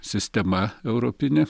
sistema europinė